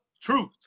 truth